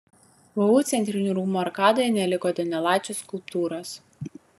vu centrinių rūmų arkadoje neliko donelaičio skulptūros